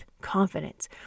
confidence